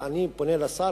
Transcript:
אני פונה לשר,